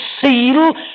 seal